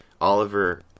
Oliver